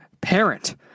parent